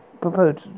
proposed